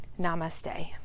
Namaste